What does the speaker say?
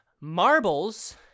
marbles